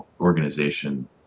organization